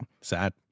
Sad